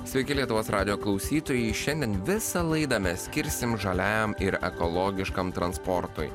sveiki lietuvos radijo klausytojai šiandien visą laidą mes skirsim žaliajam ir ekologiškam transportui